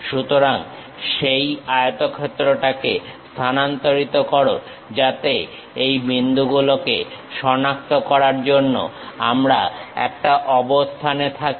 সুতরাং সেই আয়তক্ষেত্রটাকে স্থানান্তরিত করো যাতে এই বিন্দুগুলোকে শনাক্ত করার জন্য আমরা একটা অবস্থানে থাকি